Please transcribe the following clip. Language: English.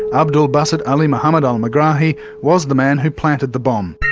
abdel basset ali-mohamed al-megrahi was the man who planted the bomb.